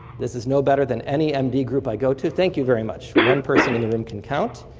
this is no better than any m d. group i go to. thank you very much. one person in the room can count.